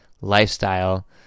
lifestyle